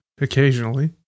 occasionally